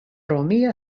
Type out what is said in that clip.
romia